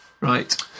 Right